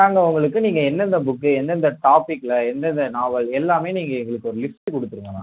நாங்கள் உங்களுக்கு நீங்கள் என்னெந்த புக்கு எந்தெந்த டாப்பிக்கில் எந்தெந்த நாவல் எல்லாமே நீங்கள் எங்களுக்கு ஒரு லிஸ்ட்டு கொடுத்துருங்கம்மா